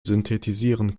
synthetisieren